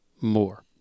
more